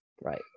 right